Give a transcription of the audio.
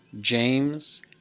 James